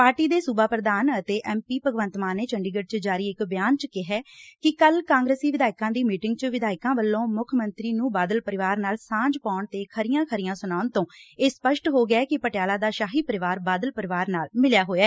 party ਦੇ ਸੁਬਾ ਪੁਧਾਨ ਅਤੇ ਐਮ ਪੀ ਭਗਵੰਤ ਮਾਨ ਨੇ ਚੰਡੀਗੜ ਚ ਜਾਰੀ ਇਕ ਬਿਆਨ ਚ ਕਿਹਾ ਕਿ ਕੱਲ ਕਾਂਗਰਸੀ ਵਿਧਾਇਕਾਂ ਦੀ ਮੀਟਿੰਗ ਚ ਵਿਧਾਇਕਾਂ ਵੱਲੋਂ ਮੁੱਖ ਮੰਤਰੀ ਨੂੰ ਬਾਦਲ ਪਰਿਵਾਰ ਨਾਲ ਸਾਂਝ ਪਾਉਣ ਤੇ ਖਰੀਆਂ ਖਰੀਆਂ ਸੁਣਾਉਣ ਤੋਂ ਇਹ ਸਪੱਸ਼ਟ ਹੋ ਗਿਆ ਕਿ ਪਟਿਆਲਾ ਦਾ ਸ਼ਾਹੀ ਪਰਿਵਾਰ ਬਾਦਲ ਪਰਿਵਾਰ ਨਾਲ ਮਿਲਿਆ ਹੋਇਐ